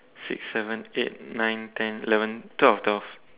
six seven eight nine ten eleven twelve twelve